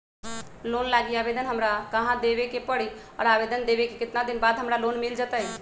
Loan लागी आवेदन हमरा कहां देवे के पड़ी और आवेदन देवे के केतना दिन बाद हमरा लोन मिल जतई?